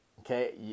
okay